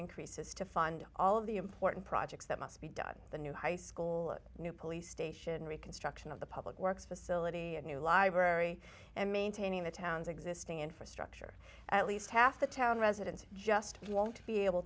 increases to fund all of the important projects that must be done the new high school new police station reconstruction of the public works facility at new library and maintaining the town's existing infrastructure at least half the town residents just won't be able